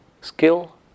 skill